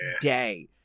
day